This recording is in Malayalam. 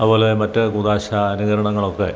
അതുപോലെ മറ്റ് കൂതാശ അനുകരണങ്ങൾ ഒക്കെ